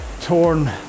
torn